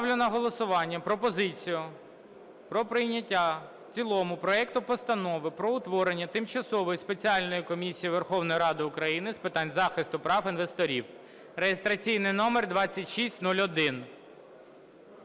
Ставлю на голосування пропозицію про прийняття в цілому проект Постанови про утворення Тимчасової спеціальної комісії Верховної Ради України з питань захисту прав інвесторів (реєстраційний номер 2601)